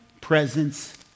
presence